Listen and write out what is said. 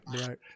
right